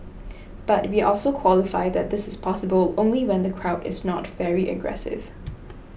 but we also qualify that this is possible only when the crowd is not very aggressive